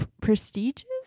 prestigious